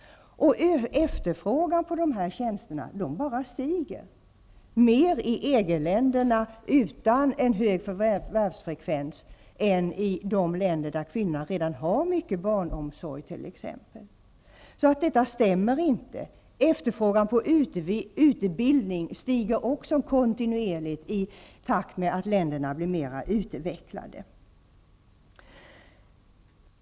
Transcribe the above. Efterfrågan på dessa tjänster stiger, mer i EG-länder som inte har en hög förvärvsfrekvens än i de länder där kvinnor t.ex. redan har mycket barnomsorg. Resonemanget stämmer alltså inte. Också efterfrågan på utbildning stiger kontinuerligt i takt med att länderna blir mera utvecklade.